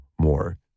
more